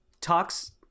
talks